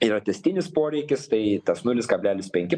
yra tęstinis poreikis tai tas nulis kablelis penki